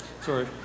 Sorry